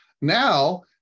Now